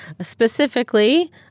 Specifically